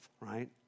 right